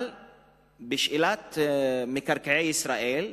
אבל בשאלת מקרקעי ישראל,